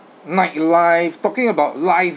night life talking about life